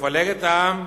מפלג את העם,